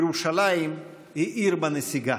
ירושלים היא עיר בנסיגה.